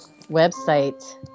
website